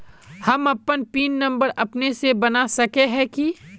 हम अपन pin number अपने से बना सके है की?